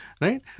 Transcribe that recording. right